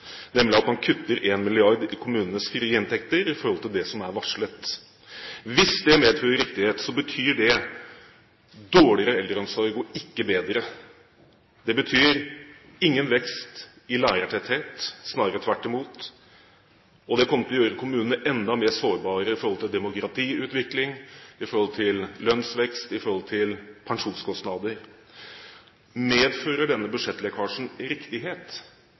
nemlig at man kutter 1 mrd. kr i kommunenes frie inntekter i forhold til det som er varslet. Hvis det medfører riktighet, betyr det dårligere eldreomsorg, ikke bedre. Det betyr ingen vekst i lærertetthet, snarere tvert imot. Og det kommer til å gjøre kommunene enda mer sårbare i forhold til demografiutvikling, i forhold til lønnsvekst, i forhold til pensjonskostnader. Medfører denne budsjettlekkasjen riktighet?